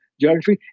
geography